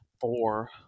four